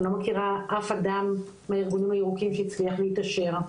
אני לא מכירה אף אדם מהארגונים הירוקים שהצליח להתעשר.